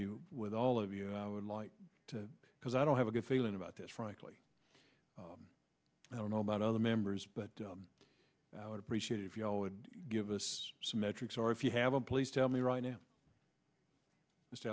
you with all of you i would like to because i don't have a good feeling about this frankly i don't know about other members but i would appreciate if you all would give us some metrics or if you have a please tell me right now